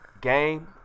Game